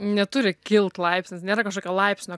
neturi kilt laipsnis nėra kažkokio laipsnio